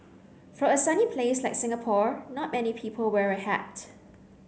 for a sunny place like Singapore not many people wear a hat